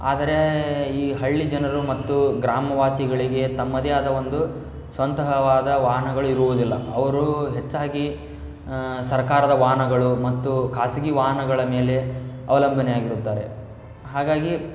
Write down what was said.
ಆದರೇ ಈ ಹಳ್ಳಿ ಜನರು ಮತ್ತು ಗ್ರಾಮವಾಸಿಗಳಿಗೆ ತಮ್ಮದೇ ಆದ ಒಂದು ಸ್ವಂತಹವಾದ ವಾಹನಗಳು ಇರುವುದಿಲ್ಲ ಅವರು ಹೆಚ್ಚಾಗಿ ಸರ್ಕಾರದ ವಾಹನಗಳು ಮತ್ತು ಖಾಸಗಿ ವಾಹನಗಳ ಮೇಲೆ ಅವಲಂಬನೆ ಆಗಿರುತ್ತಾರೆ ಹಾಗಾಗಿ